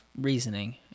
reasoning